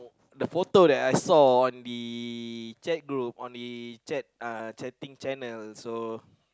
the photo that I saw on the chat group on the chat uh chatting channel so